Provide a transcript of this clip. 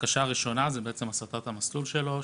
הבקשה הראשונה זה בעצם הסטת המסלול שלו,